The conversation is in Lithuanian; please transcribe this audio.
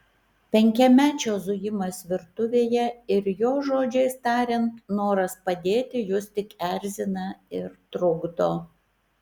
penkiamečio zujimas virtuvėje ir jo žodžiais tariant noras padėti jus tik erzina ir trukdo